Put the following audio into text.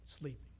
sleeping